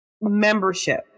membership